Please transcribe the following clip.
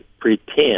pretend